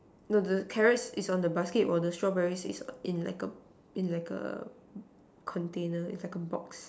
no the carrots is on the basket while the strawberries is in like in like a container is like a box